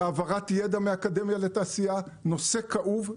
בהעברת ידע מהאקדמיה לתעשייה, נושא כאוב.